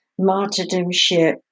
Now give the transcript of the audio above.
martyrdomship